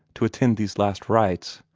to attend these last rites?